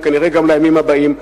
וכנראה גם לימים הבאים.